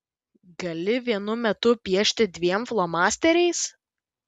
gali vienu metu piešti dviem flomasteriais